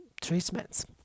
treatments